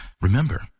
Remember